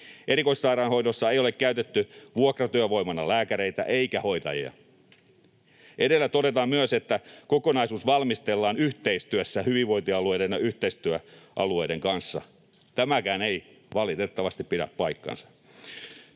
Erikoissairaanhoidossa ei ole käytetty vuokratyövoimana lääkäreitä eikä hoitajia. Edellä todetaan myös, että kokonaisuus valmistellaan yhteistyössä hyvinvointialueiden ja yhteistyöalueiden kanssa. Tämäkään ei valitettavasti pidä paikkaansa.